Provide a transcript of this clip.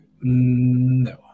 No